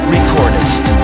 Recordist